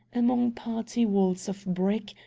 among party walls of brick,